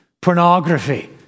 pornography